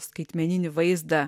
skaitmeninį vaizdą